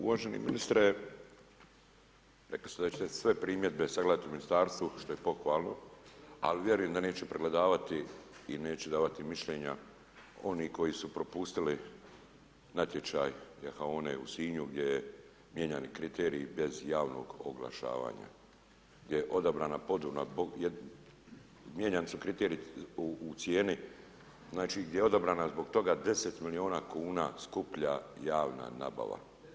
Uvaženi ministre, rekli ste da ćete sve primjedbe sagledati u ministarstvu što je pohvalno ali vjerujem da neće pregledavati i neće davati mišljenja oni koji su propustili natječaj za one u Sinju gdje je mijenjan i kriterij bez javnog oglašavanja gdje je odobreno, mijenjani su kriteriji u cijeni, znači gdje je odobreno zbog toga 10 milijuna kuna skuplja javna nabava.